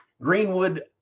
Greenwood